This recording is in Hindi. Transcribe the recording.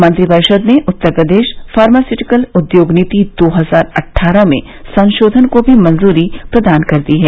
मंत्रिपरिषद ने उत्तर प्रदेश फार्मास्यूटिकल उद्योग नीति दो हजार अट्ठारह में संशोधन को भी मंजूरी प्रदान कर दी है